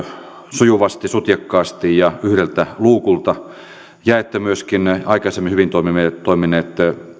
sujuvasti sutjakkaasti ja yhdeltä luukulta ja että myöskin aikaisemmin hyvin toimineet